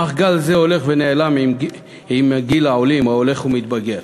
אך גל זה הולך ונעלם כי גיל העולים הולך ומתבגר.